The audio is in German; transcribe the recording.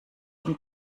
dem